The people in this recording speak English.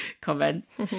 comments